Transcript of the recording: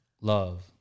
Love